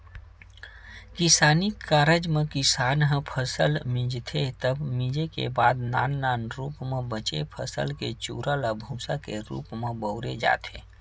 किसानी कारज म किसान ह फसल मिंजथे तब मिंजे के बाद नान नान रूप म बचे फसल के चूरा ल भूंसा के रूप म बउरे जाथे